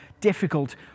difficult